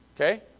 Okay